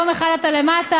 יום אחד אתה למטה,